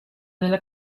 nella